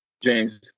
James